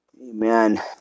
Amen